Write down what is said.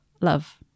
love